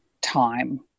time